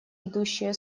идущие